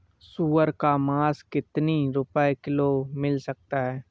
सुअर का मांस कितनी रुपय किलोग्राम मिल सकता है?